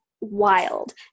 wild